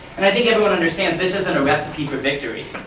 and i think everyone understands, this isn't a recipe for victory.